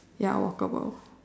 ya walkable